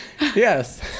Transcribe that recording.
Yes